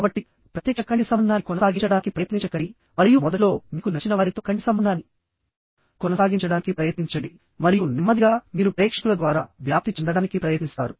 కాబట్టి ప్రత్యక్ష కంటి సంబంధాన్ని కొనసాగించడానికి ప్రయత్నించకండి మరియు మొదట్లో మీకు నచ్చిన వారితో కంటి సంబంధాన్ని కొనసాగించడానికి ప్రయత్నించండి మరియు నెమ్మదిగా మీరు ప్రేక్షకుల ద్వారా వ్యాప్తి చెందడానికి ప్రయత్నిస్తారు